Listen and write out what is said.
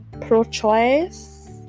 pro-choice